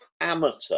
amateur